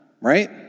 right